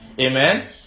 amen